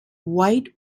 white